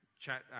chat